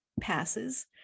passes